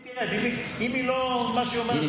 אם היא לא, מה שהיא אומרת לא חשוב, שהיא